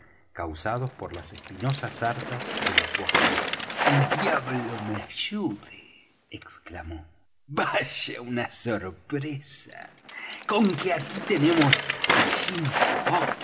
causados por las espinosas zarzas de los bosques el diablo me ayude exclamó vaya una sorpresa conque aquí tenemos á